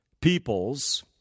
peoples